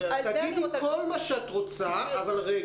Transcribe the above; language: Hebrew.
תגידי כל מה שאת רוצה, אבל אל